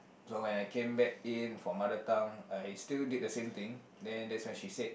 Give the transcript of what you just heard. so when I came back in from mother tongue I still did the same thing then that's when she said